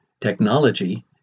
technology